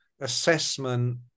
assessment